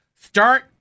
Start